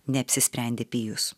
neapsisprendė pijus